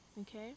okay